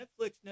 Netflix